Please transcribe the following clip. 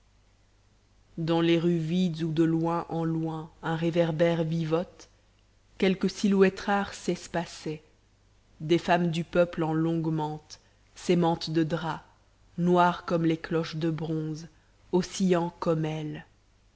dans les rues vides où de loin en loin un réverbère vivote quelques silhouettes rares s'espaçaient des femmes du peuple en longue mante ces mantes de drap noires comme les cloches de bronze oscillant comme elles